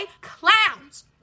Clowns